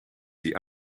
die